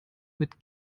mit